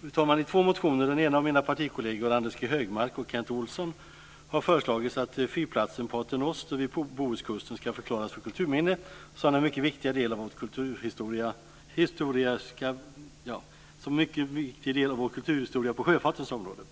Fru talman! I två motioner, den ena av mina partikolleger Anders G Högmark och Kent Olsson, har det föreslagits att fyrplatsen Pater Noster vid Bohuskusten ska förklaras som kulturminne som en viktig del av vår kulturhistoria på sjöfartens område.